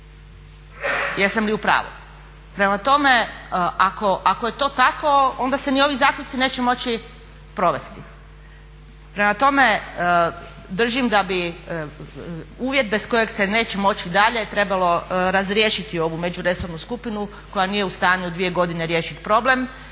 Jesam li u pravu? Prema tome, ako je to tako, onda se ni ovi zaključci neće moći provesti. Prema tome, držim da bi uvjet bez kojeg se neće moći dalje trebalo razriješiti ovu međuresornu skupinu koja nije u stanju dvije godine riješiti problem